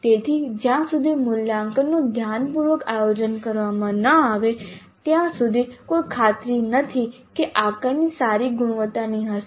તેથી જ્યાં સુધી મૂલ્યાંકનનું ધ્યાનપૂર્વક આયોજન કરવામાં ન આવે ત્યાં સુધી કોઈ ખાતરી નથી કે આકારણી સારી ગુણવત્તાની હશે